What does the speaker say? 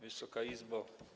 Wysoka Izbo!